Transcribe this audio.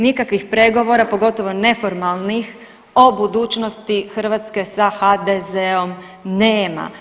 Nikakvih pregovora pogotovo neformalnih o budućnosti Hrvatske sa HDZ-om nema.